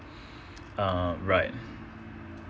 uh right